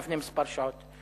לפני כמה שעות.